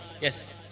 Yes